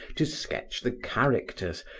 to sketch the characters,